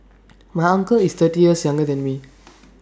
my uncle is thirty years younger than me